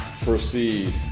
proceed